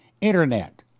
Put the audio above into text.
Internet